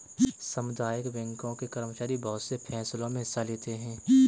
सामुदायिक बैंकों के कर्मचारी बहुत से फैंसलों मे हिस्सा लेते हैं